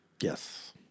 Yes